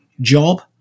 job